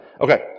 Okay